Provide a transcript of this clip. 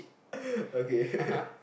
ppl okay ppl